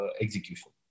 execution